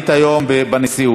היית היום בנשיאות,